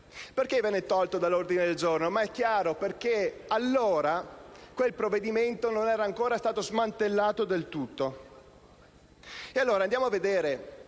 Perché venne tolto dall'ordine del giorno? Ma è chiaro: perché allora quel provvedimento non era ancora stato smantellato del tutto.